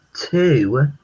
two